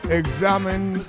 examined